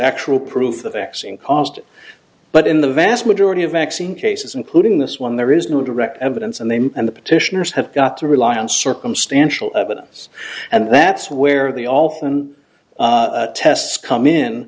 actual proof the vaccine caused but in the vast majority of vaccine cases including this one there is no direct evidence and they and the petitioners have got to rely on circumstantial evidence and that's where the all the tests come in